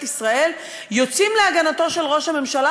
ישראל יוצאים להגנתו של ראש הממשלה.